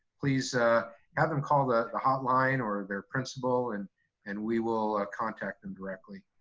please have them call the the hotline or their principal and and we will contact them directly.